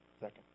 second